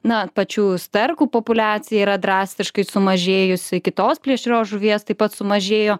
na pačių sterkų populiacija yra drastiškai sumažėjusi kitos plėšrios žuvies taip pat sumažėjo